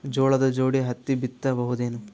ಜೋಳದ ಜೋಡಿ ಹತ್ತಿ ಬಿತ್ತ ಬಹುದೇನು?